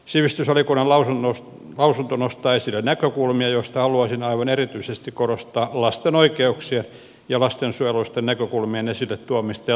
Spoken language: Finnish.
sivistysvaliokunnan lausunto nostaa esille näkökulmia joista haluaisin aivan erityisesti korostaa lasten oikeuksia ja lastensuojelullisten näkökulmien esille tuomista ja toteuttamista